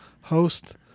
Host